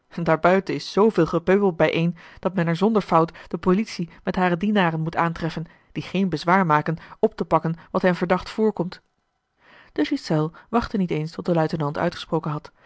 daar buiten is zooveel gepeupel bijeen dat men er zonder fout de politie met hare dienaren moet aantreffen die geen bezwaar maken op te pakken wat hen verdacht voorkomt a l g bosboom-toussaint de delftsche wonderdokter eel e hiselles wachtte niet eens tot de luitenant uitgesproken had